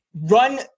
run